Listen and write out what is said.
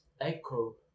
echo